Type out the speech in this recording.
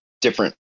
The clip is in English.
different